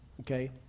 okay